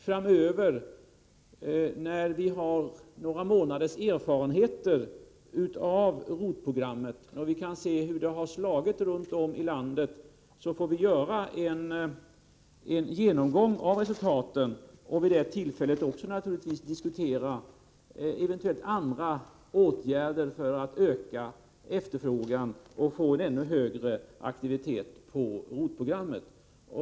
Framöver, när vi har några månaders erfarenheter av ROT-programmet, när vi kan se hur det har slagit runt om i landet, får vi göra en genomgång av resultaten och vid det tillfället också naturligtvis diskutera eventuella andra åtgärder för att öka efterfrågan och få en ännu högre aktivitet i fråga om ROT-programmet.